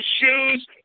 shoes